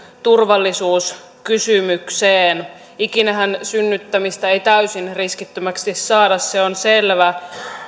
turvallisuuskysymykseen ikinähän synnyttämistä ei täysin riskittömäksi saada se on selvä